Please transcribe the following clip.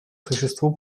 существу